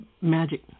magic